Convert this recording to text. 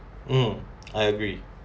mm I agree